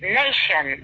nation